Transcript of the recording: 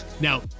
Now